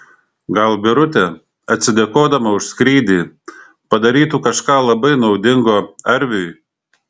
gal birutė atsidėkodama už skrydį padarytų kažką labai naudingo arviui